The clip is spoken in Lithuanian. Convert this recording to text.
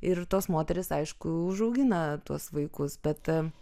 ir tos moterys aišku užaugina tuos vaikus bet